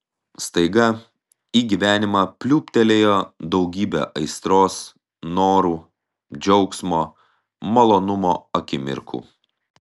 staiga į gyvenimą pliūptelėjo daugybė aistros norų džiaugsmo malonumo akimirkų